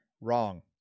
Wrong